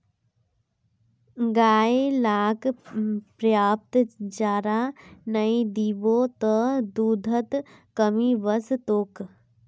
गाय लाक पर्याप्त चारा नइ दीबो त दूधत कमी वस तोक